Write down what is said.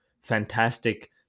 fantastic